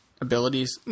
abilities